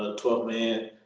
ah twelve man,